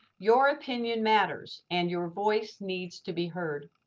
your opinion matters and your voice needs to be heard.